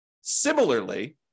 Similarly